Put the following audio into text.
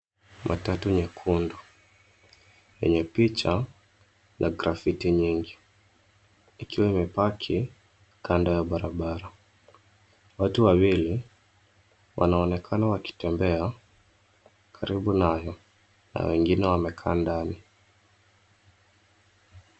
Matatu nyekundu, yenye picha la grafiti nyingi, ikiwa imepaki, kando ya barabara. Watu wawili, wanaonekana wakitembea, karibu nayo, na wengine wamekaa ndani.